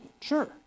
Sure